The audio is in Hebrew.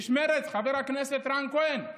איש מרצ, חבר הכנסת רן כהן,